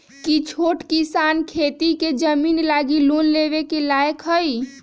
कि छोट किसान खेती के जमीन लागी लोन लेवे के लायक हई?